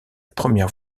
première